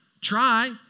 try